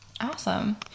Awesome